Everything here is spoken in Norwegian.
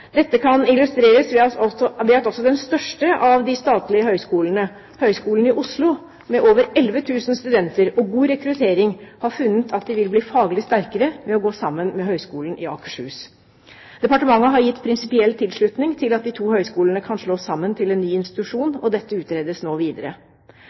Dette kan illustreres ved at også den største av de statlige høyskolene, Høgskolen i Oslo, med over 11 000 studenter og god rekruttering, har funnet at de vil bli faglig sterkere ved å gå sammen med Høgskolen i Akershus. Departementet har gitt prinsipiell tilslutning til at de to høyskolene kan slås sammen til en ny